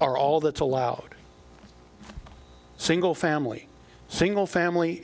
are all that allowed single family single family